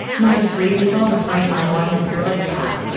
you know, three people before you find one that you're like. yeah,